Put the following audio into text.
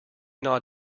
nod